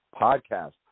podcast